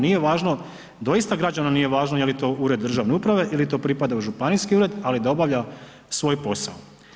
Nije važno, doista građanu nije važno je li to ured državne uprave ili to pripada u županijski ured, ali da obavlja svoj posao.